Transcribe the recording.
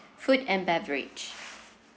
food and beverage